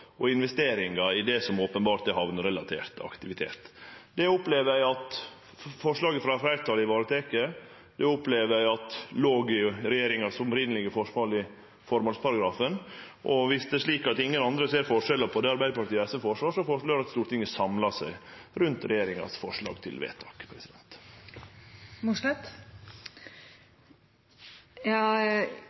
og investering i det som openbert er hamnerelatert aktivitet. Det opplever eg at forslaget frå fleirtalet varetek. Det opplever eg låg i regjeringas opphavlege forslag i formålsparagrafen. Og om det er slik at ingen andre ser forskjellen mellom det og det Arbeidarpartiet og SV føreslår, føreslår eg at Stortinget samlar seg rundt